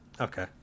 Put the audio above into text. okay